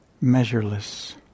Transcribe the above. Measureless